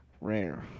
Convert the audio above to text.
Rare